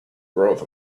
growth